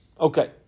Okay